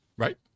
Right